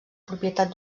propietat